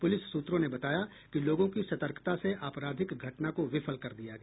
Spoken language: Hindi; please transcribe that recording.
पुलिस सूत्रों ने बताया कि लोगों की सतर्कता से आपराधिक घटना को विफल कर दिया गया